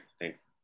thanks